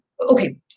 okay